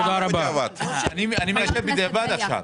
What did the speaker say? אני מאשר בדיעבד עכשיו.